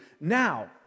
now